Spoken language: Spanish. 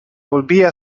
volvía